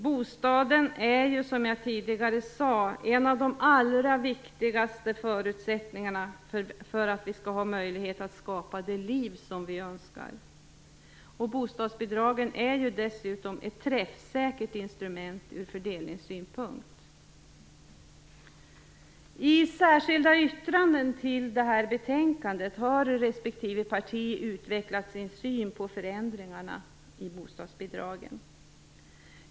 Bostaden är ju, som jag tidigare sade, en av de allra viktigaste förutsättningarna för att vi skall ha möjlighet att skapa det liv som vi önskar. Bostadsbidragen är ju dessutom ett träffsäkert instrument ur fördelningssynpunkt. I särskilda yttranden till detta betänkande har respektive parti utvecklat sin syn på förändringarna i bostadsbidragen.